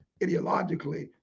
ideologically